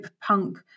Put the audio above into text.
punk